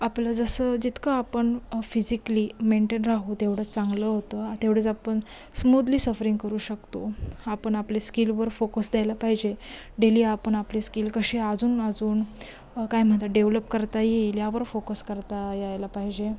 आपलं जसं जितकं आपण फिजिक्ली मेंटेन राहू तेवढं चांगलं होतं तेवढंच आपण स्मूदली सफरिंग करू शकतो आपण आपले स्किलवर फोकस द्यायला पाहिजे डेली आपण आपले स्किल कसे अजून अजून काय म्हणतात डेव्हलप करता येईल यावर फोकस करता यायला पाहिजे